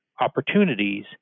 opportunities